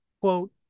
quote